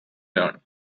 learn